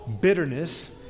bitterness